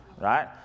right